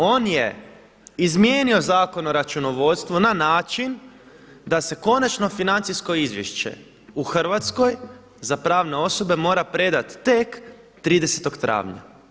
On je izmijenio Zakon o računovodstvu na način da se konačno financijsko izvješće u Hrvatskoj za pravne osobe mora predati tek 30. travnja.